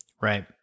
Right